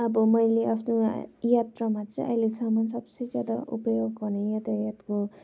अब मैले अस्ति यहाँ यात्रामा चाहिँ अहिलेसम्म सब से ज्यादा उपयोग गर्ने यातायातको